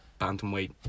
Bantamweight